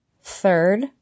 Third